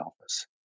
office